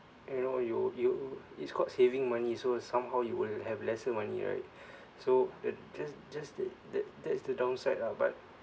you know you you it's called saving money so somehow you wouldn't have lesser money right so the just just the the that's the downside ah but